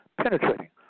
penetrating